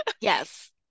yes